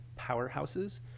powerhouses